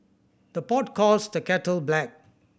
the pot calls the kettle black